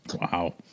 Wow